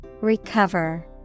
Recover